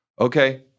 Okay